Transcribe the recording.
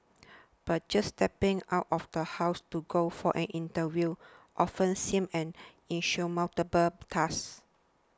but just stepping out of the house to go for an interview often seemed an insurmountable task